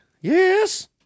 Yes